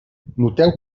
noteu